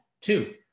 Two